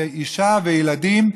אישה וילדים,